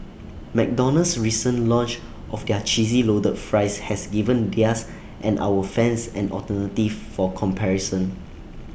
McDonald's recent launch of their cheesy loaded fries has given theirs and our fans an alternative for comparison